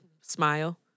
Smile